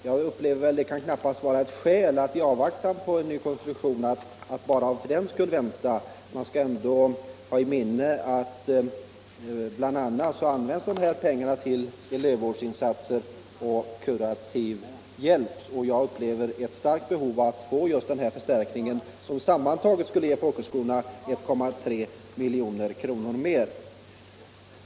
Det kan väl knappast vara ett skäl till att avvakta. Man skall ändå ha i minnet att dessa pengar bl.a. används till elevvårdsinsatser och kurativ verksamhet. Jag upplever ett starkt behov av att få just denna förstärkning, som sammantaget skulle ge folkhögskolorna 1,3 milj.kr. mer.